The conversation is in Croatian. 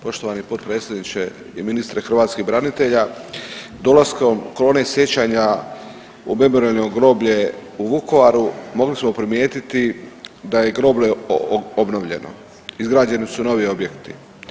Poštovani potpredsjedniče i ministre hrvatskih branitelja, dolaskom kolone sjećanja na Memorijalno groblje u Vukovaru mogli smo primijetiti da je groblje obnovljeno, izgrađeni su novi objekti.